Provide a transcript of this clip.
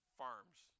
farms